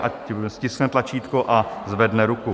Ať stiskne tlačítko a zvedne ruku.